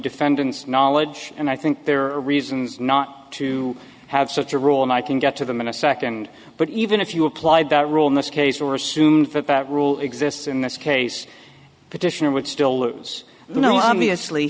defendant's knowledge and i think there are reasons not to have such a rule and i can get to them in a second but even if you applied that rule in this case or assume that that rule exists in this case petitioner would still lose you know obviously